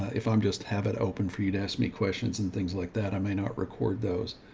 if i'm just have it open for you to ask me questions and things like that, i might not record those,